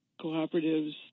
cooperatives